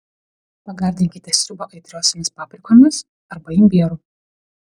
pagardinkite sriubą aitriosiomis paprikomis arba imbieru